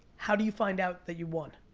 how do you find out that you won?